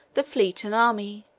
the fleet and army.